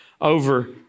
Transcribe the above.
over